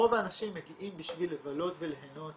רוב האנשים מגיעים כדי לבלות וליהנות